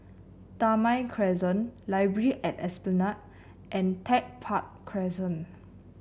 Damai Crescent Library at Esplanade and Tech Park Crescent